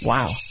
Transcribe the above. Wow